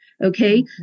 Okay